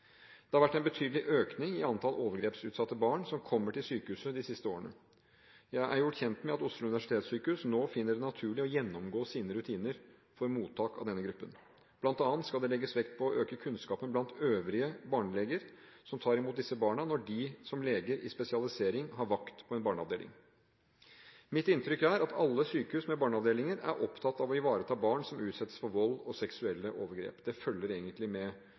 Det har vært en betydelig økning i antall overgrepsutsatte barn som kommer til sykehuset, de siste årene. Jeg er gjort kjent med at Oslo universitetssykehus nå finner det naturlig å gjennomgå sine rutiner for mottak av denne gruppen. Blant annet skal det legges vekt på å øke kunnskapen blant øvrige barneleger som tar imot disse barna når de som leger i spesialisering har vakt på en barneavdeling. Mitt inntrykk er at alle sykehus med barneavdelinger er opptatt av å ivareta barn som utsettes for vold og seksuelle overgrep. Det følger egentlig